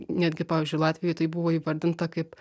netgi pavyzdžiui latvijoj tai buvo įvardinta kaip